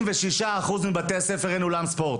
ב-66% מבתי הספר במדינת ישראל אין אולם ספורט.